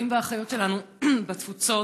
אחים ואחיות שלנו בתפוצות.